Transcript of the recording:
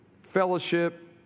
fellowship